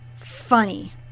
funny